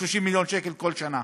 30 מיליון שקל כל שנה.